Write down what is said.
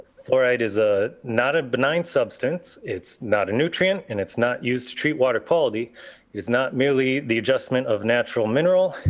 fluoride is a not a benign substance. it's not a nutrient and it's not used to treat water quality is not merely the adjustment of natural mineral.